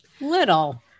little